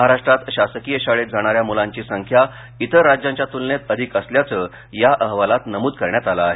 महाराष्ट्रात शासकीय शाळेत जाणा या मुलांची संख्या इतर राज्यांच्या तुलनेत अधिक असल्याचं या अहवालात नमूद करण्यात आलं आहे